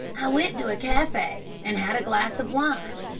i went to a cafe and had a glass of wine,